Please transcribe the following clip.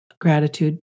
gratitude